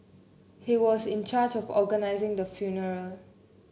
he was in charge of organising the funeral